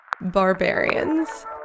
Barbarians